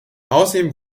ausserdem